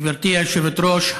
גברתי היושבת-ראש,